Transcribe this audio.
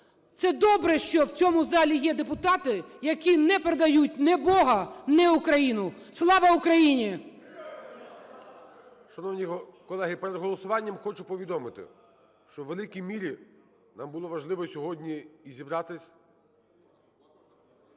це добре, що в цьому залі є депутати, які не предають ні Бога, ні Україну. Слава Україні! ІЗ ЗАЛУ. Героям Слава! ГОЛОВУЮЧИЙ. Шановні колеги, перед голосуванням хочу повідомити, що у великій мірі нам було важливо сьогодні і зібратися,